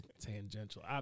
tangential